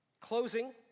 Closing